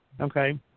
Okay